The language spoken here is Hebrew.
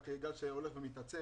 רק גל שהולך ומתעצם